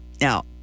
Now